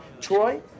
Troy